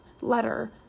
letter